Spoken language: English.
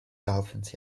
dolphins